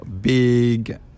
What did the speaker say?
big